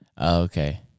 Okay